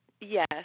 Yes